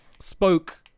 spoke